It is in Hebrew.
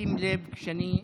שים לב, כשאני פה,